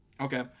Okay